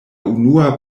unua